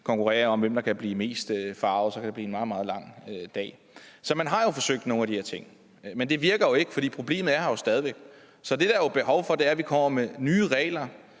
konkurrere om, hvem der kan blive mest forarget, for så kan det blive en meget, meget lang dag. Så man har forsøgt nogle af de her ting. Men det virker jo ikke, for problemet er der stadig væk. Så det, der er behov for, er, at vi kommer med nye regler,